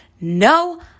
No